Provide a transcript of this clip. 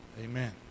Amen